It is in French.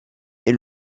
est